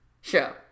show